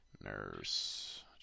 Nurse